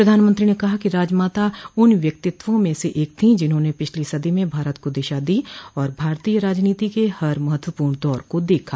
प्रधानमंत्री ने कहा कि राजमाता उन व्यक्तित्वों में से एक थीं जिन्होंने पिछलो सदी में भारत को दिशा दी और भारतीय राजनीति के हर महत्वपूर्ण दौर को देखा